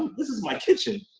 this is my kitchen.